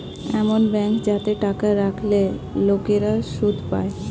এমন ব্যাঙ্ক যাতে টাকা রাখলে লোকেরা সুদ পায়